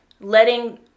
letting